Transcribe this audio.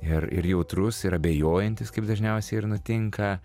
ir ir jautrus ir abejojantis kaip dažniausiai ir nutinka